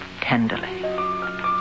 tenderly